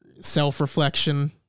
self-reflection